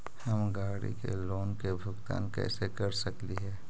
हम गाड़ी के लोन के भुगतान कैसे कर सकली हे?